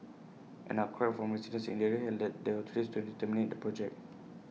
an outcry from residents in the area had led the authorities to terminate the project